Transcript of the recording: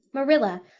marilla,